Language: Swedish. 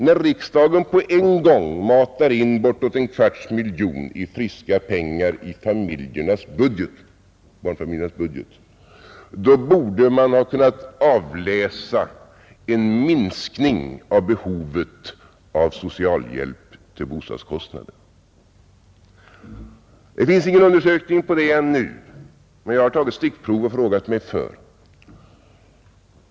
När riksdagen på en gång matade in bortåt en kvarts miljon kronor i friska pengar i barnfamiljernas budget, borde man ha kunnat avläsa en minskning i behovet av socialhjälp till bostadskostnader. Det finns ingen undersökning på detta ännu, men jag har tagit stickprov och frågat mig för.